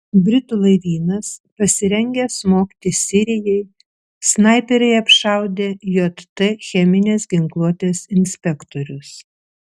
britų laivynas pasirengęs smogti sirijai snaiperiai apšaudė jt cheminės ginkluotės inspektorius